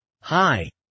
Hi